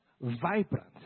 vibrant